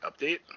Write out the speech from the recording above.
update